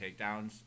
takedowns